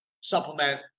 supplement